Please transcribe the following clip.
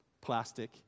plastic